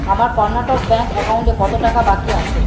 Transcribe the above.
আমার কর্ণাটক ব্যাংক অ্যাকাউন্টে কতো টাকা বাকি আছে